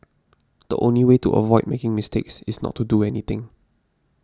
the only way to avoid making mistakes is not to do anything